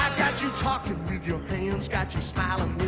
got you talking with your hands, got you smiling